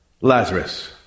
Lazarus